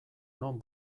non